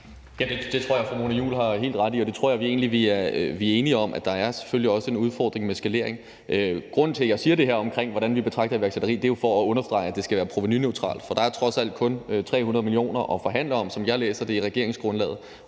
Det tror jeg fru Mona Juul har helt ret i, og det tror jeg egentlig vi er enige om, nemlig at der selvfølgelig også er en udfordring med skalering. Grunden til, at jeg siger det her omkring, hvordan vi betragter iværksætteri, er jo for at understrege, at det skal være provenuneutralt. For der er trods alt kun 300 mio. kr. at forhandle om, sådan som jeg læser regeringsgrundlaget,